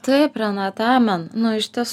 taip renata amen nu iš ties